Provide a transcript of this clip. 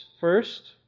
first